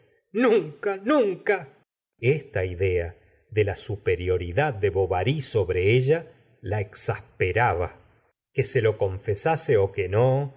nunca nunca esta idea de la superioridad de bovary sobre ella la exasperaba que se lo confesase ó que no